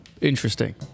interesting